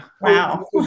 Wow